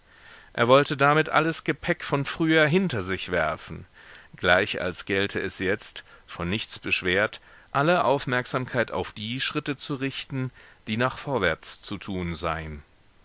er wollte damit alles gepäck von früher hinter sich werfen gleich als gelte es jetzt von nichts beschwert alle aufmerksamkeit auf die schritte zu richten die nach vorwärts zu tun seien